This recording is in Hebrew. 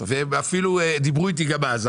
והם דיברו איתי גם אז,